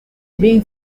being